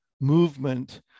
movement